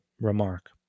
remark